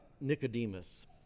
Nicodemus